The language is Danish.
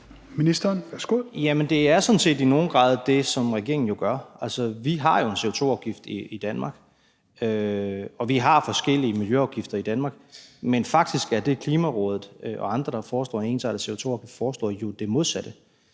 det er sådan set i nogen grad det, som regeringen jo gør. Altså, vi har jo en CO2-afgift i Danmark, og vi har forskellige miljøafgifter i Danmark. Men faktisk er det, som Klimarådet og andre, der foreslår en ensartet CO2-afgift, foreslår, jo det modsatte.